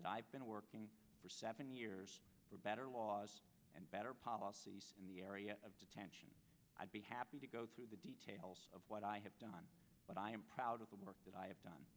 and i've been working for seven years for better laws and better policies in the area of detention i'd be happy to go through the details of what i have done but i am proud of the work that i have done